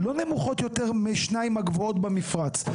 לא נמוכות יותר מהשניים הגבוהות במפרץ,